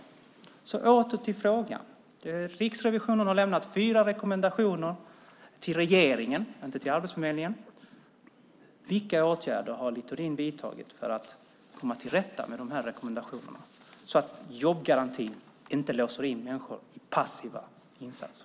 Åter till frågan: Riksrevisionen har lämnat fyra rekommendationer till regeringen, inte till Arbetsförmedlingen. Vilka åtgärder har Littorin vidtagit för att komma till rätta med de här problemen så att jobbgarantin inte låser in människor i passiva insatser?